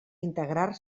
integrar